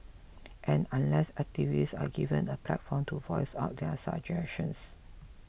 and unless activists are given a platform to voice out their suggestions